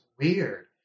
weird